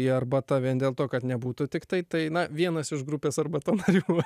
į arbata vien dėl to kad nebūtų tiktai daina vienas iš grupės arbata narių